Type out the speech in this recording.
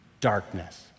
darkness